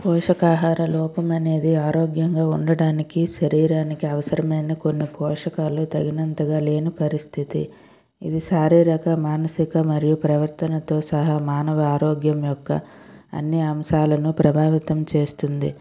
పోషకాహార లోపం అనేది ఆరోగ్యంగా ఉండడానికి శరీరానికి అవసరమైన కొన్ని పోషకాలు తగినంతగా లేని పరిస్థితి ఇది శారీరిక మానసిక మరియు ప్రవర్తనతో సహా మానవ ఆరోగ్యం యొక్క అన్ని అంశాలను ప్రభావితం చేస్తుంది